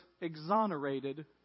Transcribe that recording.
exonerated